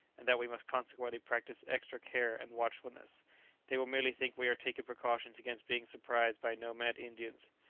and that we must consequently practise extra care and watchfulness they will merely think we are taking precautions against being surprised by nomad indians.